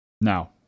Now